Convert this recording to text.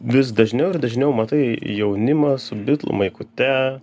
vis dažniau ir dažniau matai jaunimą su bitlų maikute